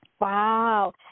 Wow